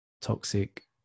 toxic